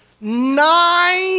nine